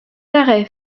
arrêt